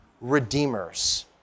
redeemers